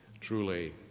Truly